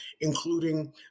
including